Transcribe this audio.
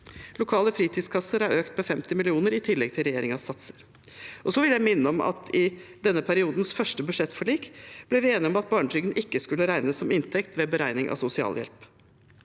Lokale fritidskasser er økt med 50 mill. kr, i tillegg til regjeringens satsing. Jeg vil også minne om at vi i denne periodens første budsjettforlik ble enige om at barnetrygden ikke skulle regnes som inntekt ved beregning av sosialhjelp.